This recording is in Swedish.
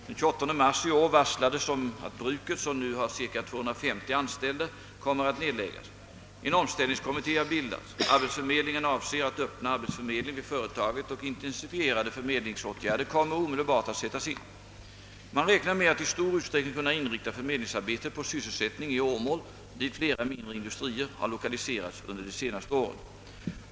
Den 28 mars i år varslades om att bruket, som nu har cirka 250 anställda, kommer att nedläggas. En omställningskommitté har bildats. Arbetsförmedlingen avser att öppna arbetsförmedling vid företaget, och intensifierade förmedlingsåtgärder kommer omedelbart sättas in. Man räknar med att i stor utsträckning kunna inrikta förmedlingsarbetet på sysselsättning i Åmål dit flera mindre industrier har lokaliserats under de senaste åren.